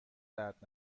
درد